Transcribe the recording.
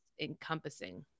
encompassing